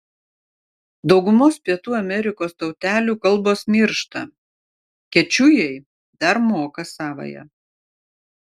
daugumos pietų amerikos tautelių kalbos miršta kečujai dar moka savąją